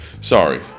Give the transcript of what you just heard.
Sorry